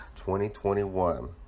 2021